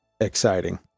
exciting